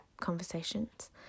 conversations